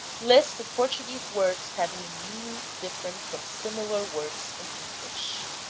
list of portuguese words having a meaning different from similar words in english